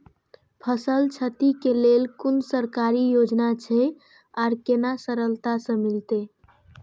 फसल छति के लेल कुन सरकारी योजना छै आर केना सरलता से मिलते?